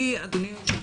אדוני היושב-ראש,